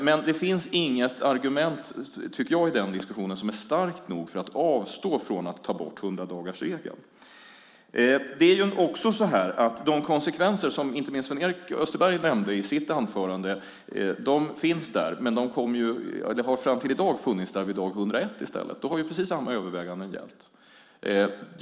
Men det finns inget argument, tycker jag, i den diskussionen som är starkt nog för att man ska avstå från att ta bort hundradagarsregeln. De konsekvenser som inte minst Sven-Erik Österberg nämnde i sitt anförande har ju fram till i dag funnits vid dag 101 i stället. Då har precis samma överväganden gällt.